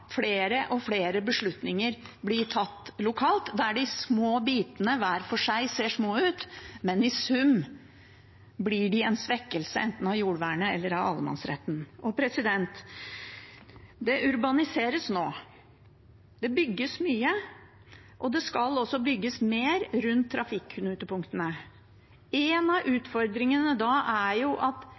flere og flere beslutninger bli tatt lokalt, der de små bitene hver for seg ser små ut, men i sum blir de en svekkelse enten av jordvernet eller av allemannsretten. Det urbaniseres nå. Det bygges mye, og det skal også bygges mer rundt trafikknutepunktene. En av utfordringene da er at denne utbyggingen ikke bare skal ta hensyn til at